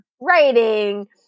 writing